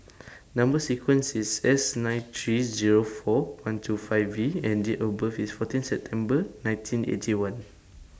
Number sequence IS S nine three Zero four one two five V and Date of birth IS fourteen September nineteen Eighty One